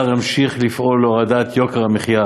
שר האוצר ימשיך לפעול להורדת יוקר המחיה